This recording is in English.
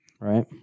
right